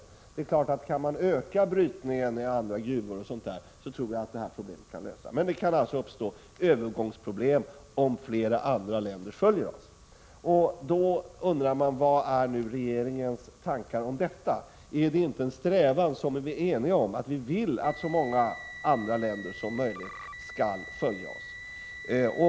Om det går att öka brytningen och öppna andra gruvor osv., kan säkert det problemet lösas, men det kan alltså uppstå övergångsproblem om flera länder följer oss. Man undrar: Vad är regeringens tankar om detta? Är det inte en strävan vi är eniga om att så många andra länder som möjligt skall följa oss?